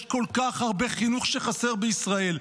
יש כל כך הרבה חינוך שחסר בישראל.